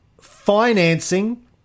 financing